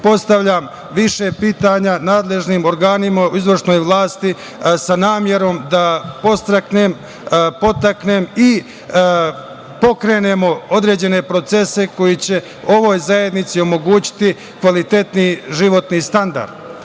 postavljam više pitanja nadležnim organima u izvršnoj vlasti, sa namerom da podstaknem i pokrenemo određene procese koji će ovoj zajednici omogućiti kvalitetniji životni standard. Dakle,